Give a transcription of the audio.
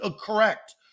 correct